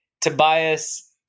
Tobias